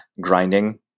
grinding